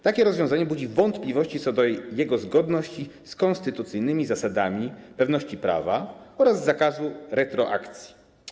Takie rozwiązanie budzi wątpliwości co do jego zgodności z konstytucyjnymi zasadami pewności prawa oraz zakazu retroakcji.